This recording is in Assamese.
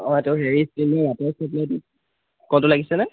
অঁ এইটো হেৰি তিনি ৱাটাৰ ছাপ্লাইটোত ক'ত লাগিছিলে